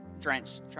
drenched